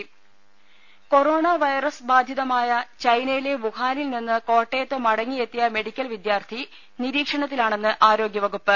പ്ര corona virus ബാധിതമായ ചൈനയിലെ വു ഹാനിൽ നിന്ന് കോട്ടയത്ത് മടങ്ങിയെത്തിയ മെഡിക്കൽ വിദ്യാർത്ഥി നിരീക്ഷണത്തിലാണെന്ന് ആരോഗ്യ വകുപ്പ്